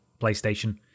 PlayStation